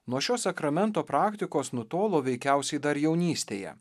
nuo šio sakramento praktikos nutolo veikiausiai dar jaunystėje